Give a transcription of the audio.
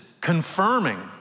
confirming